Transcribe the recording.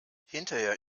hinterher